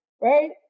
right